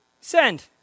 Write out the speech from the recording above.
Send